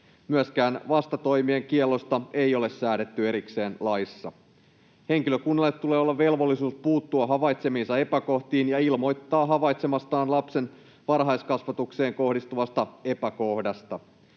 Myöskään vastatoimien kiellosta ei ole säädetty erikseen laissa. Henkilökunnalla tulee olla velvollisuus puuttua havaitsemiinsa epäkohtiin ja ilmoittaa havaitsemastaan lapsen varhaiskasvatukseen kohdistuvasta epäkohdasta.